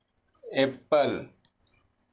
apple